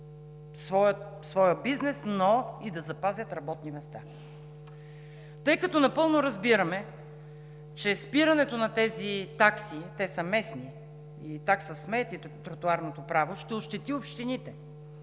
своя бизнес, но и да запазят работни места. Тъй като напълно разбираме, че спирането на тези такси – те са местни, и такса смет, и тротоарното право, ще ощети общините,